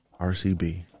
RCB